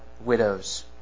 widows